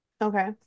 okay